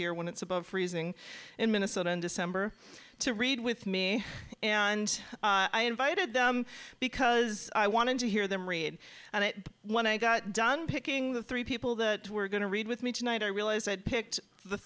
here when it's above freezing in minnesota in december to read with me and i invited them because i wanted to hear them read and when i got done picking the three people that were going to read with me tonight i realized i'd picked the